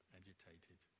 agitated